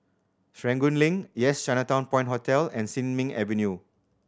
Serangoon Link Yes Chinatown Point Hotel and Sin Ming Avenue